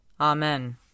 Amen